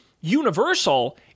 Universal